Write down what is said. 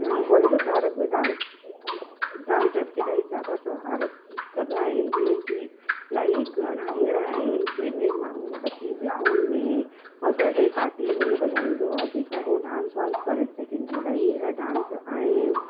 बॉलीवुड भारत में डांस डांसिस खे इलाही ज़्यादा प्रभावित कंदा आहिनि जीअं कि इलाही गाना अहिड़ा आहिनि जंहिं में माण्हू मतलबु कि विहांउनि में और बडे पार्टी में वॼाईंदो आहे जेका हू डांस वांस करे सघनि इलाही अहिड़ा डांस आहिनि